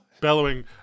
Bellowing